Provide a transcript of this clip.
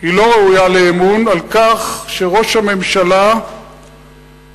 שהיא לא ראויה לאמון על כך שראש הממשלה הפסיק